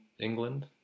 England